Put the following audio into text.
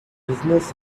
business